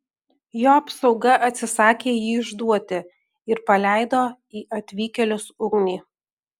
jo apsauga atsisakė jį išduoti ir paleido į atvykėlius ugnį